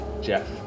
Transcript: Jeff